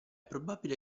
probabile